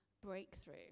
breakthrough